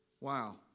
Wow